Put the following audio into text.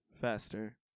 faster